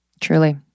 Truly